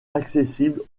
accessibles